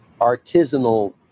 artisanal